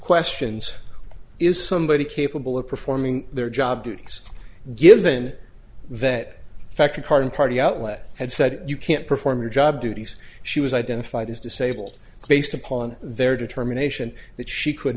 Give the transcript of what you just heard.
questions is somebody capable of performing their job duties given that fact regarding party outlet had said you can't perform your job duties she was identified as disabled based upon their determination that she could